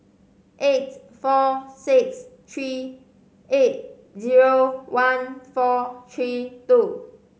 eight four six three eight zero one four three two